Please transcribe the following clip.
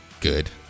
Good